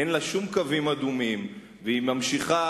אין לה שום קווים אדומים והיא ממשיכה